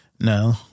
no